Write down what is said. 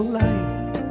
light